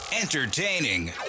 Entertaining